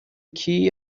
key